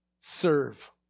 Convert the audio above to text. Serve